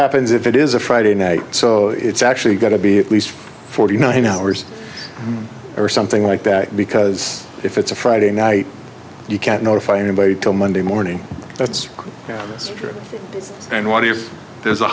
happens if it is a friday night so it's actually got to be at least forty nine hours or something like that because if it's a friday night you can't notify anybody till monday morning that's true and what if there's a